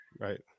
Right